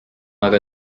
aga